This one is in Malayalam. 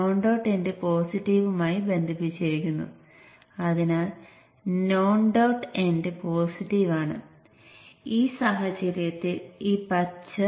നോൺ ഡോട്ട് എൻഡ് പോസിറ്റീവ് ആകുന്നത് അർത്ഥമാക്കുന്നത് സെക്കൻഡറി സൈക്കിളിന്റെ പച്ച ഭാഗം സജീവമാക്കുക എന്നാണ്